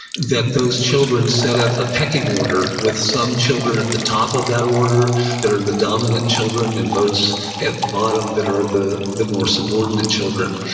that those children set up the pecking order, with some children at the top of that order that are the dominant children and those at the bottom that are are the the more subordinate children.